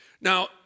Now